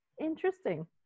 interesting